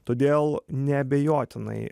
todėl neabejotinai